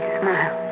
smile